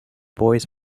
boys